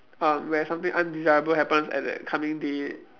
um where something undesirable happens at that upcoming day